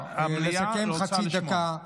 המליאה רוצה לשמוע.